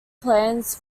plans